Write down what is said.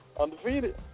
Undefeated